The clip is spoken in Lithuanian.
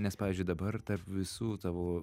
nes pavyzdžiui dabar tarp visų tavo